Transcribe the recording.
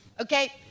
Okay